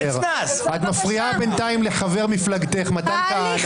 את מפריעה בינתיים לחבר מפלגתך מתן כהנא,